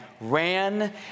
ran